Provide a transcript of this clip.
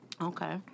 Okay